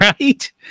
right